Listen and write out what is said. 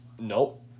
Nope